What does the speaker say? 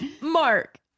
Mark